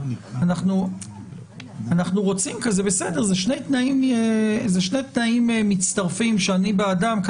אנחנו רוצים וזה בסדר אלה שני תנאים מצטרפים שאני בעדם כי